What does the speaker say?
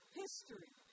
history